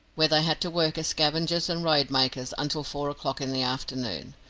where they had to work as scavengers and road-makers until four o'clock in the afternoon.